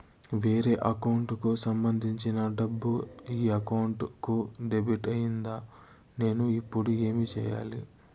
వేరే అకౌంట్ కు సంబంధించిన డబ్బు ఈ అకౌంట్ కు డెబిట్ అయింది నేను ఇప్పుడు ఏమి సేయాలి